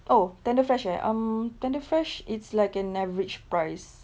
oh tenderfresh eh um tenderfresh it's like an average price